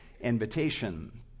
invitation